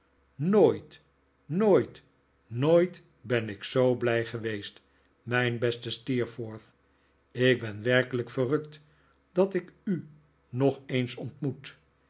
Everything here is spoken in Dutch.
nooit nooit nooit ben ik zoo blij geweest mijn beste steerforth ik ben werkelijk verrukt dat ik u nog eens ontmoet